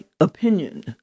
opinion